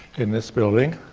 in this building,